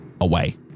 Away